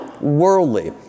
worldly